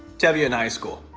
tevye in high school.